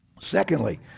Secondly